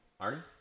Arnie